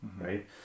right